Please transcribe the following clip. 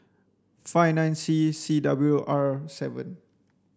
five nine C C W R seven